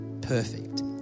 perfect